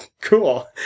Cool